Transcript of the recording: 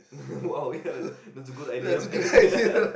!wow! yeah that's a good idea man